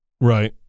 Right